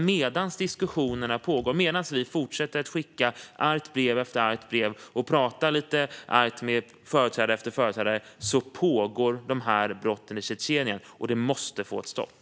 Medan diskussionerna pågår och medan vi fortsätter att skicka arga brev och prata lite argt med företrädare efter företrädare pågår de här brotten i Tjetjenien, och det måste få ett stopp.